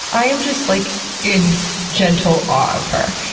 i am just like in gentle awe of her.